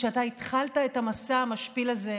כשאתה התחלת את המסע המשפיל הזה,